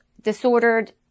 disordered